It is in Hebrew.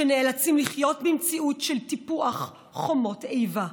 שנאלצים לחיות במציאות של טיפוח חומות איבה.